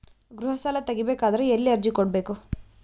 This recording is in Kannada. ಗೃಹ ಸಾಲಾ ತಗಿ ಬೇಕಾದರ ಎಲ್ಲಿ ಅರ್ಜಿ ಕೊಡಬೇಕು?